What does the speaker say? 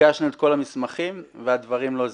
הגשנו את כל המסמכים והדברים לא זזים.